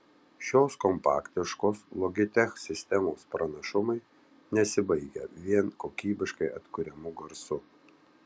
šios kompaktiškos logitech sistemos pranašumai nesibaigia vien kokybiškai atkuriamu garsu